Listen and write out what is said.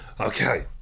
Okay